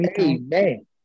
amen